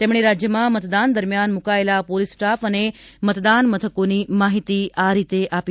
તેમણે રાજ્યમાં મતદાન દરમિયાન મુકાયેલા પોલીસ સ્ટાફ અને મતદાન મથકોની માહિતી આપી